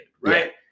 Right